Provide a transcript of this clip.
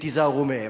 ותיזהרו מהם.